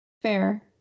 Fair